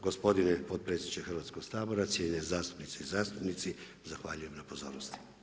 Gospodine potpredsjedniče Hrvatskog sabora, cijenjene zastupnice i zastupnici zahvaljujem na pozornosti.